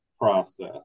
process